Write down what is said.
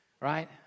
right